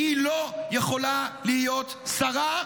והיא לא יכולה להיות שרה.